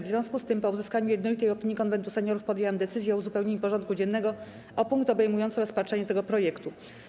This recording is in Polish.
W związku z tym, po uzyskaniu jednolitej opinii Konwentu Seniorów, podjęłam decyzję o uzupełnieniu porządku dziennego o punkt obejmujący rozpatrzenie tego projektu.